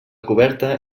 coberta